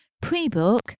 Pre-book